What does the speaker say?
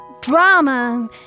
drama